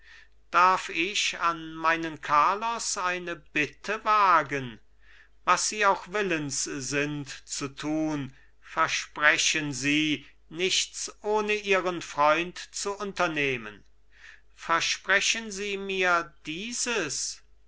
darf ich an meinen carlos eine bitte wagen was sie auch willens sind zu tun versprechen sie nichts ohne ihren freund zu unternehmen versprechen sie mir dieses